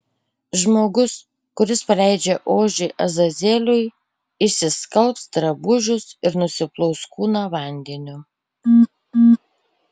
žmogus kuris paleidžia ožį azazeliui išsiskalbs drabužius ir nusiplaus kūną vandeniu